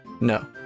No